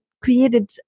created